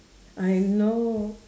I know